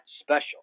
special